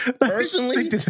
Personally